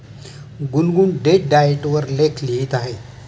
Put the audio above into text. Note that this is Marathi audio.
गुनगुन डेट डाएट वर लेख लिहित आहे